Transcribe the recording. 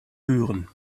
hören